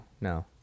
No